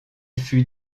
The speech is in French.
fut